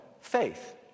faith